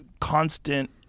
constant